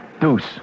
Deuce